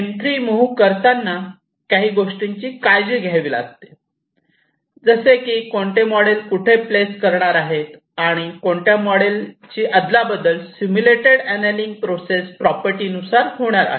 पण M3 move करताना काही गोष्टींची काळजी घ्यावी लागते जसे की कोणते मॉडेल कुठे प्लेस करणार आहे आहे आणि कोणत्या मॉडेलचे अदलाबदल सिम्युलेटेड अनेलिंग प्रोसेस प्रॉपर्टी नुसार होणार आहे